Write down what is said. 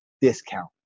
discount